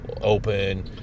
open